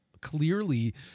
clearly